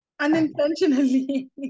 unintentionally